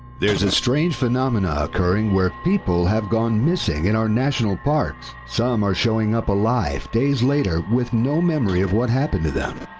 there is a strange phenomena occurring where people have gone disappearing in our national parks? some are showing up alive days later with no memory of what happened to them,